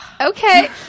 Okay